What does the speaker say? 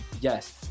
Yes